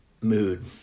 mood